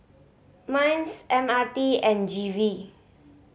MINDS M R T and G V